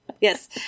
yes